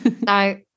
No